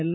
L